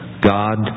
God